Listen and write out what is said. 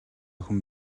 охин